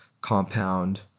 Compound